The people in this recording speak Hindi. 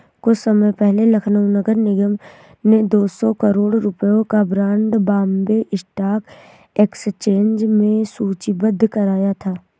कुछ समय पहले लखनऊ नगर निगम ने दो सौ करोड़ रुपयों का बॉन्ड बॉम्बे स्टॉक एक्सचेंज में सूचीबद्ध कराया था